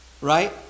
right